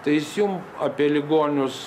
tai jis jum apie ligonius